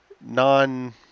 non